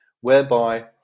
whereby